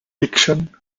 diction